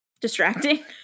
distracting